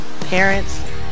parents